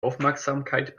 aufmerksamkeit